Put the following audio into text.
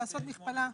לעשות מכפלה.